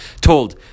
told